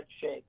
shape